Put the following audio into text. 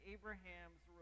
Abraham's